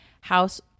House